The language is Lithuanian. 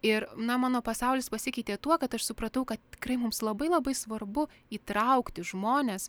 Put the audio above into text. ir na mano pasaulis pasikeitė tuo kad aš supratau kad tikrai mums labai labai svarbu įtraukti žmones